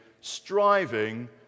striving